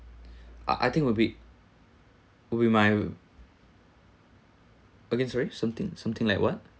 I I think will be will be my again sorry something something like what